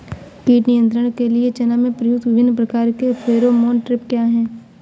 कीट नियंत्रण के लिए चना में प्रयुक्त विभिन्न प्रकार के फेरोमोन ट्रैप क्या है?